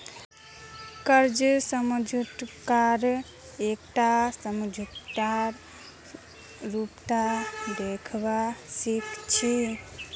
कर्ज समझौताक एकटा समझौतार रूपत देखवा सिख छी